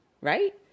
right